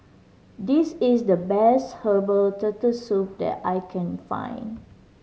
this is the best herbal Turtle Soup that I can find